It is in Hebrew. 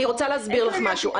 --- אני רוצה להסביר לך משהו.